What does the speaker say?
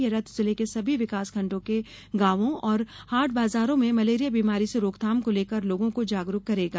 यह रथ जिले के सभी विकासखण्डों के गांवों और हाटबाजारों में मलेरिया बीमारी से रोकथाम को लेकर लोगों को जागरूक करेगा